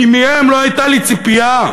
כי מהם לא הייתה לי ציפייה,